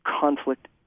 conflict